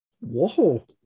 Whoa